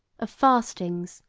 of fasting,